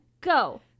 go